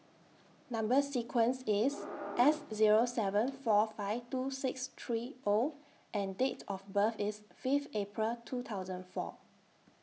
Number sequence IS S Zero seven four five two six three O and Date of birth IS Fifth April two thousand and four